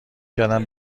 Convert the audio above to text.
کردم